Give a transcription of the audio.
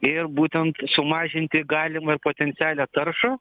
ir būtent sumažinti galimą ir potencialią taršą